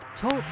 TALK